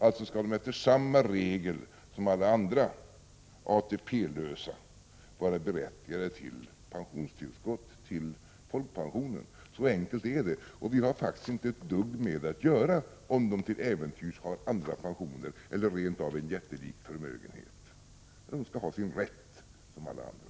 Alltså skall de, enligt de regler som gäller alla andra ATP-lösa, vara berättigade till pensionstillskott, till folkpension. Så enkelt är det. Om dessa människor till äventyrs har andra pensioner eller rent av en jättelik förmögenhet är något som vi faktiskt inte har ett dugg med att göra. De skall ha samma rätt som alla andra.